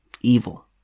Evil